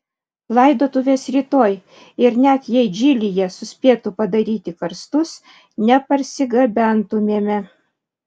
laidotuvės rytoj ir net jei džilyje suspėtų padaryti karstus neparsigabentumėme